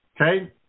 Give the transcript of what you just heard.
Okay